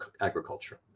agriculture